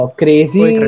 crazy